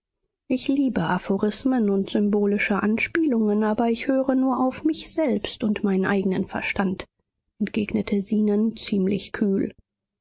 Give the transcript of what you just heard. ich liebe aphorismen und symbolische anspielungen aber ich höre nur auf mich selbst und meinen eigenen verstand entgegnete zenon ziemlich kühl